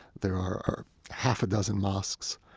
there are are half a dozen mosques,